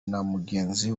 mugenzi